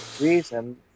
reason